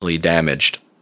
damaged